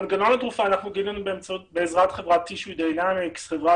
מנגנון התרופה גילינו בעזרת חברת --- חברה